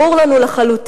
ברור לנו לחלוטין,